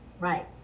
right